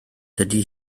dydy